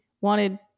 wanted